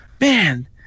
man